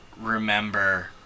remember